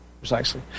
Precisely